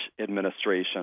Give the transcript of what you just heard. administration